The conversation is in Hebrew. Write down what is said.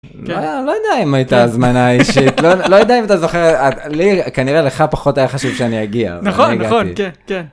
לא יודע אם הייתה זמנה אישית לא יודע אם אתה זוכר לי כנראה לך פחות היה חשוב שאני אגיע.